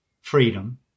freedom